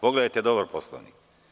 Pogledajte dobro Poslovnik.